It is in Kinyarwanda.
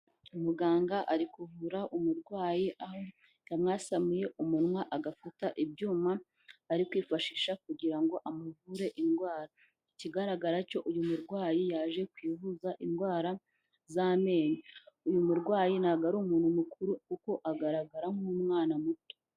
Umuganga ari kuvura umurwayi aho yamwasamuye umunwa agafata ibyuma ari kwifashisha kugira ngo amuvure indwara, ikigaragara cyo uyu murwayi yaje kwivuza indwara z'amenyo, uyu murwayi ntabwo ari umuntu mukuru kuko agaragara nk'umwana muto.